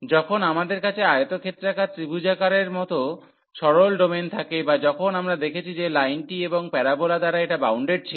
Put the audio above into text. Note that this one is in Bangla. যখন আমাদের কাছে আয়তক্ষেত্রাকার ত্রিভুজাকারের মতো সরল ডোমেন থাকে বা যখন আমরা দেখেছি যে লাইনটি এবং প্যারাবোলা দ্বারা এটা বাউন্ডেড ছিল